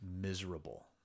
miserable